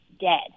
dead